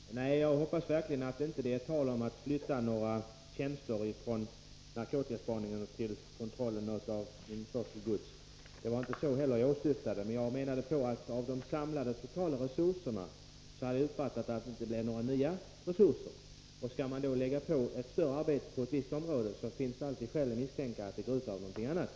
Herr talman! Jag hoppas verkligen att det inte är tal om att flytta några Måndagen den tjänster från narkotikaspaningen till kontrollen av införselgods. Men det var 21 november 1983 inte det jag åsyftade. Jag menade att det utöver de samlade resurserna inte blev några nya resurser. Skall man lägga på ett större arbete inom ett visst Om rutinerna vid område, finns det alltid skäl att misstänka att det går ut över något annat.